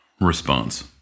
response